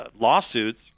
lawsuits